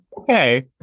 okay